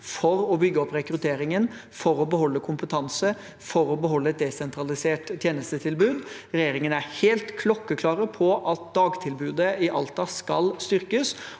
for å bygge opp rekrutteringen, for å beholde kompetanse og for å beholde et desentralisert tjenestetilbud. Regjeringen er helt klokkeklar på at dagtilbudet i Alta skal styrkes.